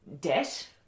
debt